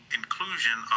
inclusion